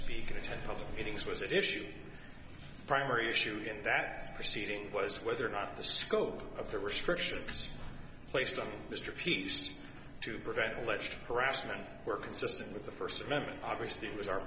speaking attend public meetings was an issue primary issue in that proceeding was whether or not the scope of the restrictions placed on mr pease to prevent alleged harassment were consistent with the first amendment obviously it was our